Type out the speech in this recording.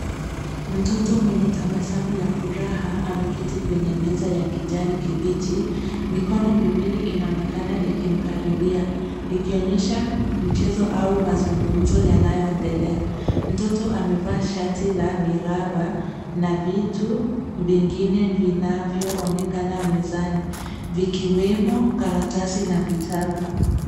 Mtoto mwenye tabasamu la furaha ameketi kwenye meza ya kijani kibichi. Mikono miwili inaonekana ikimkaribia ikionyesha mchezo au mazungumzo yanayoendelea. Mtoto amevaa shati la miraba na vitu vingine vinavyoonekana mezani vikiwemo karatasi na vitabu.